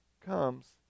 comes